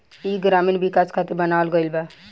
ई ग्रामीण विकाश खातिर बनावल गईल बा